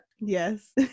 Yes